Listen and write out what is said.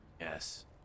Yes